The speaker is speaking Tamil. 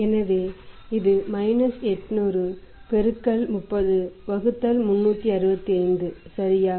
எனவே இது இந்த மைனஸ் 800 பெருக்கல் 30 வகுத்தல் 365 சரியா